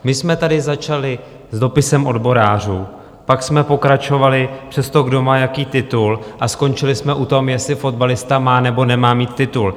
My jsme tady začali s dopisem odborářů, pak jsme pokračovali přes to, kdo má jaký titul, a skončili jsme u toho, jestli fotbalista má nebo nemá mít titul.